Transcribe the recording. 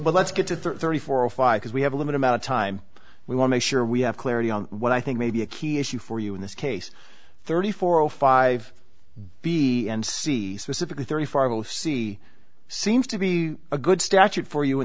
let's get to thirty four or five because we have a limited amount of time we want to make sure we have clarity on what i think may be a key issue for you in this case thirty four o five b and c specifically thirty five of c seems to be a good statute for you in